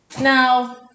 Now